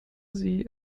sie